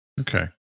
okay